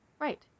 Right